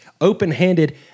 open-handed